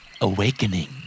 awakening